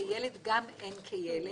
וילד גם אין כילד,